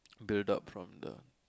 build up from the